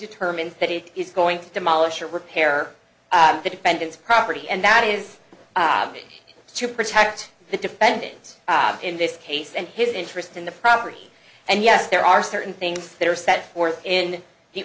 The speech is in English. it is going to demolish or repair the defendant's property and that is to protect the defendants in this case and his interest in the property and yes there are certain things that are set forth in the